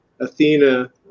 Athena